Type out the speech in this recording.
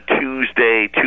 Tuesday